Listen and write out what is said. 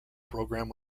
program